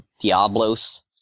Diablos